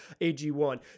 AG1